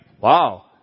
wow